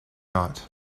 not